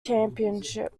championship